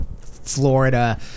Florida